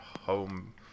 home